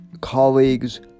colleagues